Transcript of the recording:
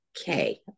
okay